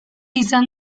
izan